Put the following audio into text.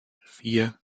vier